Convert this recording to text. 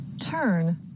Turn